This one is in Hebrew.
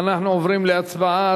אנחנו עוברים להצבעה.